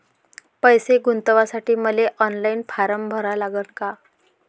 पैसे गुंतवासाठी मले ऑनलाईन फारम भरा लागन का?